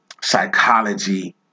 psychology